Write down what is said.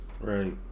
Right